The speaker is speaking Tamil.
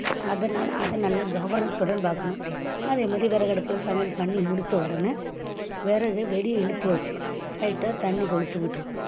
அதனால் அதை நல்லா கவனத்துடன் பார்க்கணும் அதேமாதிரி விறகு அடுப்பில் சமையல் பண்ணி முடித்த உடனே விறகு வெளியே இழுத்து வச்சு லைட்டாக தண்ணி தொளித்து விட்டுறணும்